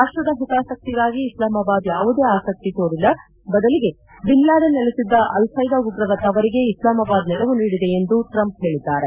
ರಾಷ್ಟದ ಒತಾಸಕ್ತಿಗಾಗಿ ಐಸ್ಲಾಮಾಬಾದ್ ಯಾವುದೇ ಆಸಕ್ತಿ ತೋರಿಲ್ಲ ಬದಲಿಗೆ ಬಿನ್ಲ್ಯಾಡನ್ ನೆಲೆಸಿದ್ದ ಅಲ್ಖೈದಾ ಉಗ್ರರ ತವರಿಗೆ ಇಸ್ಲಾಮಾಬಾದ್ ನೆರವು ನೀಡಿದೆ ಎಂದು ಟ್ರಂಪ್ ಹೇಳಿದ್ದಾರೆ